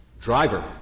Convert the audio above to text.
driver